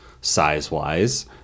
size-wise